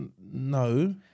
No